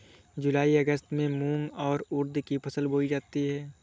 जूलाई अगस्त में मूंग और उर्द की फसल बोई जाती है